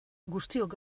guztiok